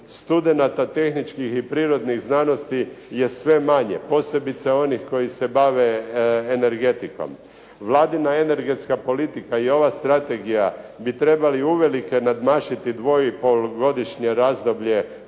Studenata tehničkih i prirodnih znanosti je sve manje, posebice onih koji se bave energetikom. Vladina energetska politika i ova strategija bi trebali uvelike nadmašiti dvo i pol godišnje razdoblje